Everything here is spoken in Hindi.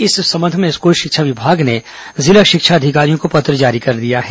इस संबंध में स्कूल शिक्षा विभाग ने जिला शिक्षा अधिकारियों को पत्र जारी कर दिया है